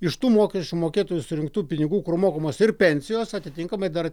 iš tų mokesčių mokėtojų surinktų pinigų kur mokamos ir pensijos atitinkamai dar